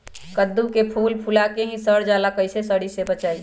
कददु के फूल फुला के ही सर जाला कइसे सरी से बचाई?